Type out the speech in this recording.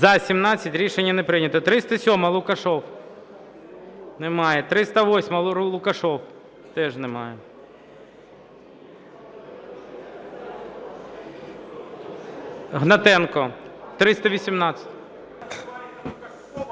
За-17 Рішення не прийнято. 307-а, Лукашев. Немає. 308-а, Лукашев. Теж немає. Гнатенко, 318-а.